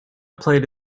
played